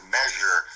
measure